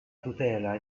tutela